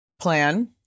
plan